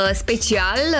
special